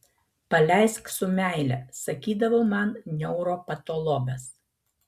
paleisk su meile sakydavo man neuropatologas